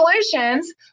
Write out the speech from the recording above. solutions